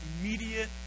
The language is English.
immediate